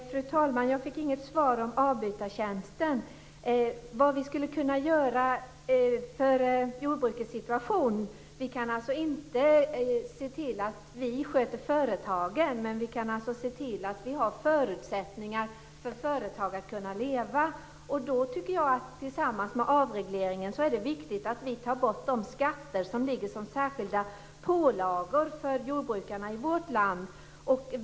Fru talman! Jag fick inget svar på min fråga om avbytartjänsten och vad vi skulle kunna göra för jordbrukets situation. Vi kan alltså inte sköta företagen, men vi kan se till att det finns förutsättningar för företag att kunna leva. Tillsammans med avregleringen är det därför viktigt att vi tar bort de skatter som ligger som särskilda pålagor för jordbrukarna i vårt land.